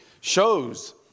shows